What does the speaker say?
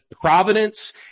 providence